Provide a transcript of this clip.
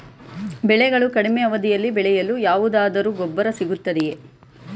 ಬೆಳೆಗಳು ಕಡಿಮೆ ಅವಧಿಯಲ್ಲಿ ಬೆಳೆಯಲು ಯಾವುದಾದರು ಗೊಬ್ಬರ ಸಿಗುತ್ತದೆಯೇ?